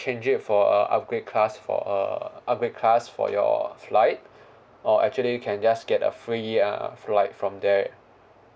~change it for a upgrade class for uh upgrade class for your flight or actually you can just get a free uh flight from there